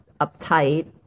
uptight